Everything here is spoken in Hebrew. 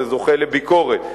זה זוכה לביקורת.